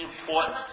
important